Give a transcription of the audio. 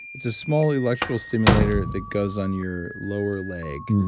it's a small electrical stimulator that goes on your lower leg,